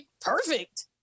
Perfect